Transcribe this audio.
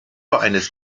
eines